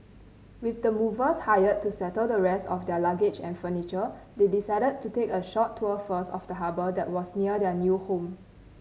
with the movers hired to settle the rest of their luggage and furniture they decided to take a short tour first of the harbour that was near their new home